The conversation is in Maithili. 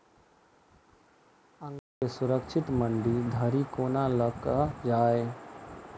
अंगूर केँ सुरक्षित मंडी धरि कोना लकऽ जाय?